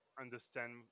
understand